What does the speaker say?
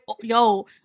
Yo